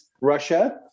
Russia